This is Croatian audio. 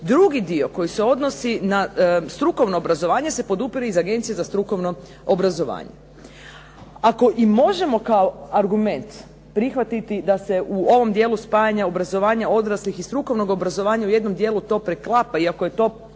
Drugi dio koji se odnosi na strukovno obrazovanje se podupire iz Agencije za strukovno obrazovanje. Ako i možemo kao argument prihvatiti da se u ovom dijelu spajanja obrazovanja odraslih i strukovnog obrazovanja u jednom dijelu to preklapa, iako je to